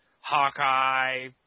Hawkeye